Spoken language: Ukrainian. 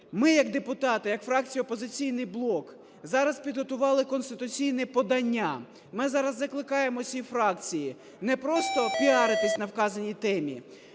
Ми як депутати, як фракція "Опозиційний блок", зараз підготували конституційне подання. Ми зараз закликаємо всі фракції не простопіаритися на вказаній темі,